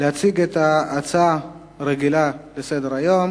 להציג את ההצעה הרגילה לסדר-היום,